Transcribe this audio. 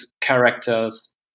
characters